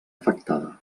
afectada